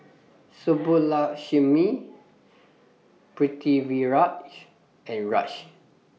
Subbulakshmi Pritiviraj and Raj